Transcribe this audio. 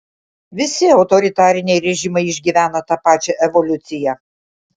visi autoritariniai režimai išgyvena tą pačią evoliuciją